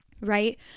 right